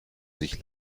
sich